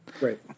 Right